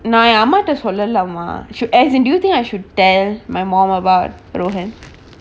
now might as well learn lah ma should as in do you think I should tell my mom about rohan